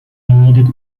needed